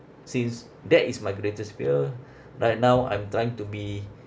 since that is my greatest fear right now I'm trying to be